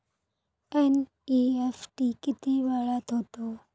NEFT किती वेळात होते?